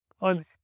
on